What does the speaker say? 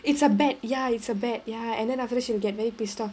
it's a bet ya it's a bet ya and then afterwards she will get very pissed off